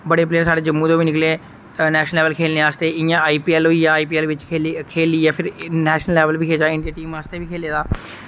बड़े प्लेयर साढ़े जम्मू तो बी निकले नैशनल लैवल खेलने आस्तै इयां आईपीएल होइया आईपीएल बिच खेली खेलियै फिर नैशनल लैवल बी खेलेदा इंडिया टीम आस्तै बी खेले दा